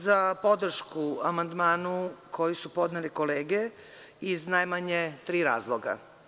Za podršku amandmanu koji su podneli kolege iz najmanje tri razloga.